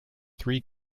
three